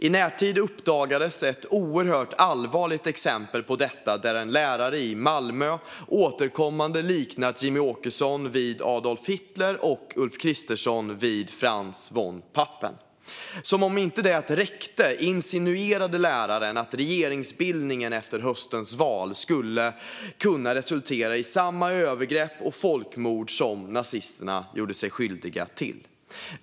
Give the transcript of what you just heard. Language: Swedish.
I närtid uppdagades ett oerhört allvarligt exempel på detta där en lärare i Malmö återkommande liknat Jimmie Åkesson vid Adolf Hitler och Ulf Kristersson vid Franz von Papen. Som om inte det räckte insinuerade läraren att regeringsbildningen efter höstens val skulle kunna resultera i samma övergrepp och folkmord som nazisterna gjorde sig skyldiga till.